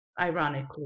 Ironically